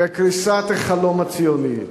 וקריסת החלום הציוני?